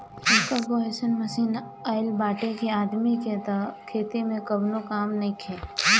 एकहगो अइसन मशीन आ गईल बाटे कि आदमी के तअ अब खेती में कवनो कामे नइखे